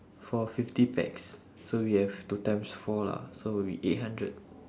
for fifty pax so we have to times four lah so it will be eight hundred